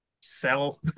sell